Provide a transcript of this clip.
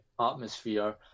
atmosphere